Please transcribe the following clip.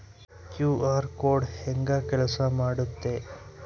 QR code ಹೆಂಗ ಕೆಲಸ ಮಾಡುತ್ತೆ?